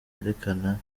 yerekana